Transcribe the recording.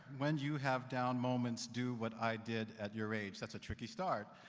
when you have down moments, do what i did at your age. that's a tricky start.